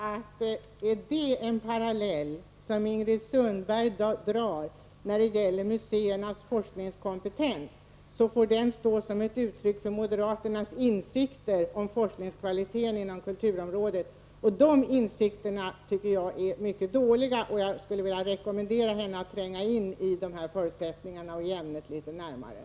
Herr talman! Drar Ingrid Sundberg den parallellen när det gäller museernas forskningskompetens så får den stå som ett uttryck för moderaternasinsikter på kulturområdet. De insikterna tycker jag är mycket dåliga, och jag skulle vilja rekommendera Ingrid Sundberg att litet närmare tränga in i förutsättningarna och i ämnet.